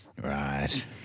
Right